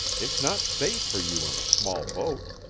it's not safe for you in a small boat.